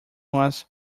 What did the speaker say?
was